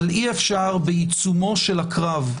אבל אי-אפשר בעיצומו של הקרב,